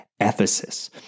Ephesus